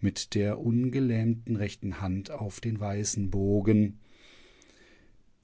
mit der ungelähmten rechten hand auf den weißen bogen